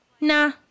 nah